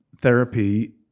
therapy